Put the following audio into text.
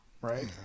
right